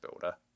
builder